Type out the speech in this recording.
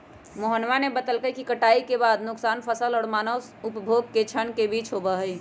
मोहनवा ने बतल कई कि कटाई के बाद के नुकसान फसल और मानव उपभोग के क्षण के बीच होबा हई